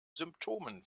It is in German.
symptomen